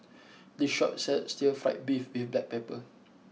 this shop sells Stir Fried Beef with Black Pepper